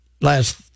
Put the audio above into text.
last